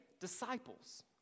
disciples